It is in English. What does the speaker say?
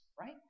right